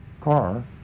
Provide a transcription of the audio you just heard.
car